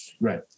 Right